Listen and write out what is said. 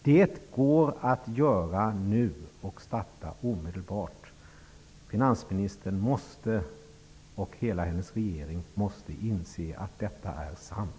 Det går att göra nu och starta omedelbart. Finansministern och hela hennes regering måste inse att detta är sant.